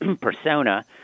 persona